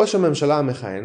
ראש הממשלה המכהן